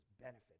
benefit